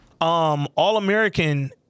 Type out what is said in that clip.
All-American